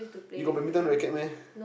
you got badminton racket meh